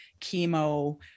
chemo